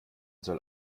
soll